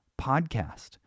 podcast